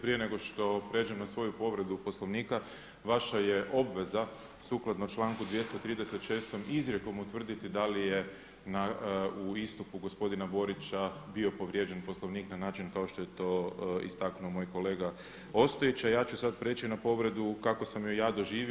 Prije nego što prijeđem na svoju povredu Poslovnika vaša je obveza sukladno članku 236. izrijekom utvrditi da li je u istupu gospodina Borića bio povrijeđen Poslovnik na način kao što je to istaknuo moj kolega Ostojić, a ja ću sad prijeći na povredu kako sam je ja doživio.